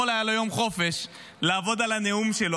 אתמול היה לו יום חופש לעבוד על הנאום שלו.